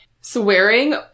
Swearing